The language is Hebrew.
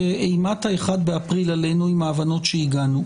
כי איימת ה-1 באפריל עלינו עם ההבנות שהגענו.